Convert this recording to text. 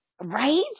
right